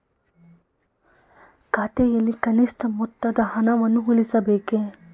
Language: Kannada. ಖಾತೆಯಲ್ಲಿ ಕನಿಷ್ಠ ಮೊತ್ತದ ಹಣವನ್ನು ಉಳಿಸಬೇಕೇ?